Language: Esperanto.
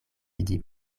vidi